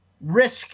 Risk